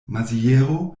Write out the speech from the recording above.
maziero